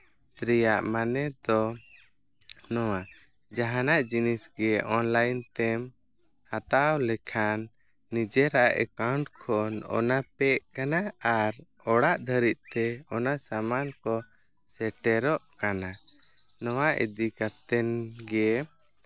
ᱨᱮᱭᱟᱜ ᱢᱟᱱᱮ ᱫᱚ ᱱᱚᱣᱟ ᱡᱟᱦᱟᱸᱱᱟᱜ ᱡᱤᱱᱤᱥ ᱜᱮ ᱚᱱᱞᱟᱭᱤᱱ ᱛᱮᱢ ᱦᱟᱛᱟᱣ ᱞᱮᱠᱷᱟᱱ ᱱᱤᱡᱮᱨᱟᱜ ᱮᱠᱟᱣᱩᱱᱴ ᱠᱷᱚᱱ ᱚᱱᱟ ᱯᱮᱜ ᱠᱟᱱᱟ ᱟᱨ ᱚᱲᱟᱜ ᱫᱷᱟᱹᱨᱤᱡ ᱛᱮ ᱚᱱᱟ ᱥᱟᱢᱟᱱ ᱠᱚ ᱥᱮᱴᱮᱨᱚᱜ ᱠᱟᱱᱟ ᱱᱚᱣᱟ ᱤᱫᱤ ᱠᱟᱛᱮᱱ ᱜᱮ